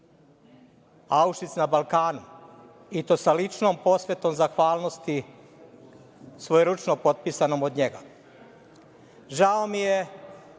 Aušvic na Balkanu“ i to sa ličnom posvetom zahvalnosti svojeručno potpisanom od njega. Žao mi je